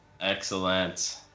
Excellent